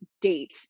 date